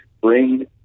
bring